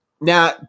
now